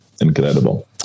incredible